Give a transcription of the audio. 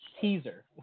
teaser